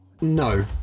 no